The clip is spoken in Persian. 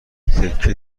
تیکه